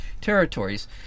territories